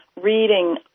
reading